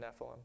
Nephilim